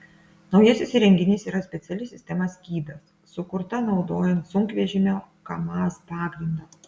naujasis įrenginys yra speciali sistema skydas sukurta naudojant sunkvežimio kamaz pagrindą